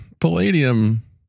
Palladium